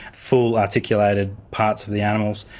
full articulated parts of the animals,